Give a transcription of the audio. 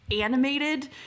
animated